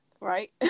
right